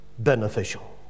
beneficial